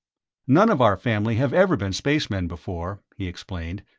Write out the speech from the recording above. none of our family have ever been spacemen before, he explained,